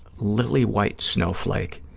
lily-white snowflake,